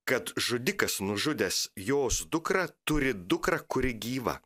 kad žudikas nužudęs jos dukrą turi dukrą kuri gyva